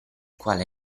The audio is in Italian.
quale